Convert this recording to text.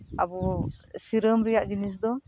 ᱟᱵᱚ ᱥᱤᱨᱟᱹᱢ ᱨᱮᱭᱟᱜ ᱡᱤᱱᱤᱥ ᱫᱚ